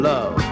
Love